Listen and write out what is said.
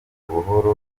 buhoro